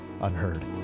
Unheard